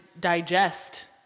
digest